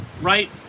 right